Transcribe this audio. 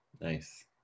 Nice